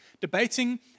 debating